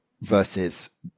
versus